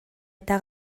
eta